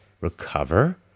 recover